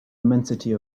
immensity